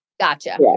Gotcha